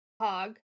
hog